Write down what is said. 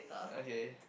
okay